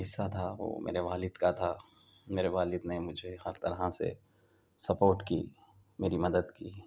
حصہ تھا وہ میرے والد کا تھا میرے والد نے مجھے ہر طرح سے سپورٹ کی میری مدد کی